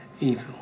evil